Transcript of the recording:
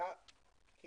היה כי